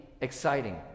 exciting